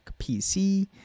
PC